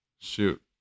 Shoot